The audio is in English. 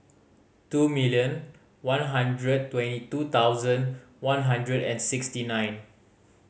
two million one hundred twenty two thousand one hundred and sixty nine